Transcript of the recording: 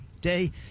Day